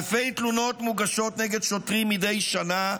אלפי תלונות מוגשות נגד שוטרים מדי שנה,